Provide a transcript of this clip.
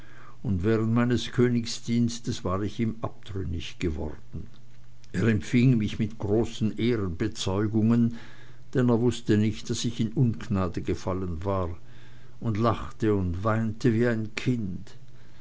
und während meines königsdienstes war ich ihm abtrünnig geworden er empfing mich mit großen ehrenbezeugungen denn er wußte nicht daß ich in ungnade gefallen war und lachte und weinte wie ein kind